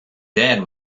dad